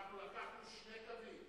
לקחנו שני קווים: